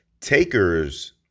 Takers